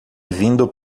vindo